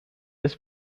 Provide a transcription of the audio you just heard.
this